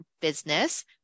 business